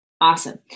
Awesome